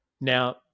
Now